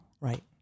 Right